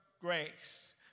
grace